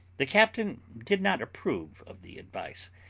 the captain did not approve of the advice,